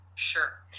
Sure